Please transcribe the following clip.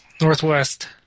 Northwest